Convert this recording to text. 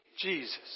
Jesus